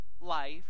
life